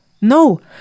No